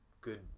good